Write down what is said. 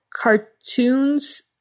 cartoons